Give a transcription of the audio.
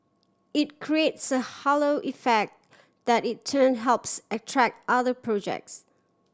it creates a halo effect that in turn helps attract other projects